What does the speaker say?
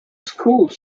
schools